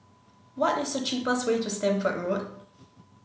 what is the cheapest way to Stamford Road